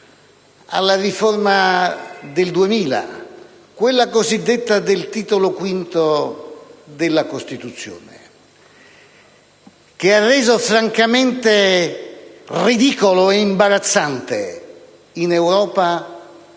alla riforma del 2001, quella del Titolo V della Parte II della Costituzione, che ha reso francamente ridicolo e imbarazzante in Europa